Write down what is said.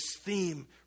theme